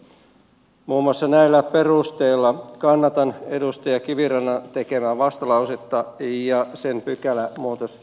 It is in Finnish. muun muassa näillä perusteilla kannatan edustaja kivirannan tekemää vastalausetta ja sen pykälämuutosehdotuksia